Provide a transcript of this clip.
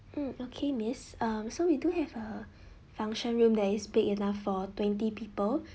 mm okay miss um so we do have a function room that is big enough for twenty people